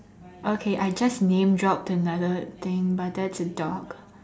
okay I just name dropped another thing but that's a dog